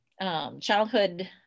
childhood